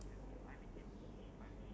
that will be like the good thing lah